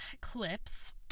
clips